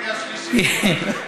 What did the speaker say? קריאה שלישית הוא